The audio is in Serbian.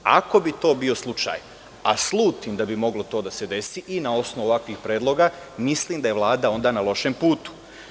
Ako bi to bio slučaj, a slutim da bi moglo to da se desi i na osnovu ovakvih predloga, mislim da je Vlada onda na lošem putu.